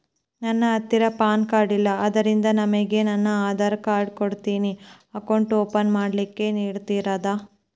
ನನ್ನ ಹತ್ತಿರ PAN card ಇಲ್ಲ ಆದ್ದರಿಂದ ನಿಮಗೆ ನನ್ನ ಆಧಾರ್ ಕಾರ್ಡ್ ಕೊಡ್ತೇನಿ ಅಕೌಂಟ್ ಓಪನ್ ಮಾಡ್ಲಿಕ್ಕೆ ನಡಿತದಾ?